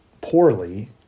poorly